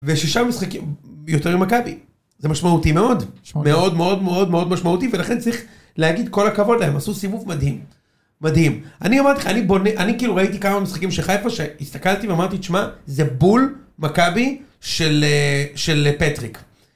ושישה משחקים יותר ממכבי, זה משמעותי מאוד. מאוד מאוד מאוד מאוד משמעותי, ולכן צריך להגיד כל הכבוד להם, עשו סיבוב מדהים. מדהים. אני אמרתי לך, אני בונה, אני כאילו ראיתי כמה משחקים של חיפה, שהסתכלתי ואמרתי תשמע זה בול מכבי של פטריק.